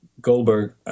Goldberg